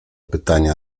pytania